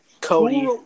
Cody